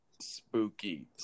Spooky